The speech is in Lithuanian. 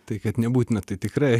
tai kad nebūtina tai tikrai